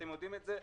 אתם יודעים את זה,